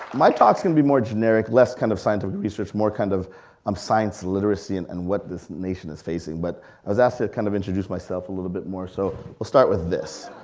my talk is gonna be more generic, less kind of scientific research, more kind of um science literacy and and what this nation is facing. but i was asked to kind of introduce myself a little bit more, so we'll start with this.